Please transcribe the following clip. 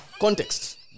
Context